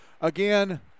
Again